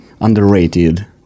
underrated